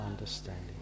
understanding